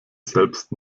selbst